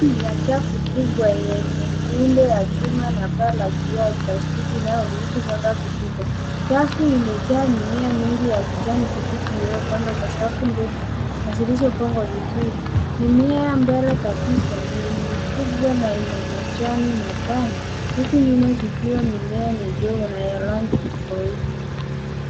Ni ya chafu kubwa yenye miundo ya chuma na paa la kioo ya plastiki inayoruhusu mwanga kupita. Chafu imejaa mimea mingi ya kijani kibichi iliyopandwa kwa safu ndefu na zilizopangwa vizuri. Mimea mbele kabisa ni mikubwa na ina majani mapana huku nyuma zikiwa mimea midogo na ya rangi tofauti.